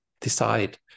decide